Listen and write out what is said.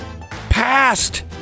passed